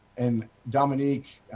and dominique,